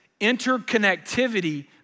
interconnectivity